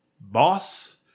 boss